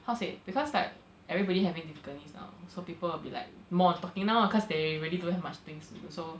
how to say because like everybody having difficulties now so people will be like more on talking now cause they really don't have much things to do so